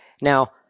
Now